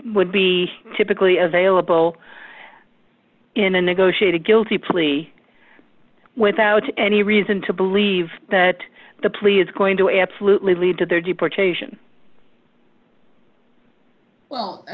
would be typically available in a negotiated guilty plea without any reason to believe that the plea is going to absolutely lead to their deportation well i